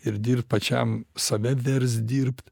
ir dirbt pačiam save verst dirbt